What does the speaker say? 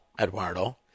Eduardo